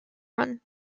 run